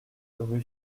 rue